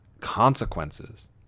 consequences